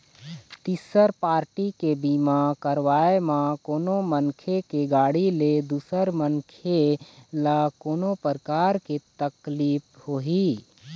तिसर पारटी के बीमा करवाय म कोनो मनखे के गाड़ी ले दूसर मनखे ल कोनो परकार के तकलीफ होही